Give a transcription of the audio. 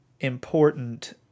important